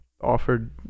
offered